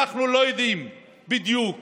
אנחנו לא יודעים בדיוק